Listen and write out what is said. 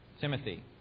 Timothy